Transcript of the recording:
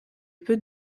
peu